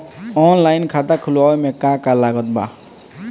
Online खाता खुलवावे मे का का लागत बा?